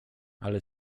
ale